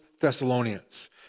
Thessalonians